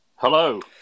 Hello